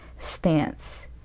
stance